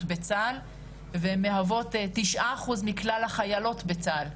בצה"ל ומהוות 9 אחוזים מכלל החיילות בצה"ל,